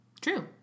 True